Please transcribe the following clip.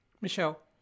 Michelle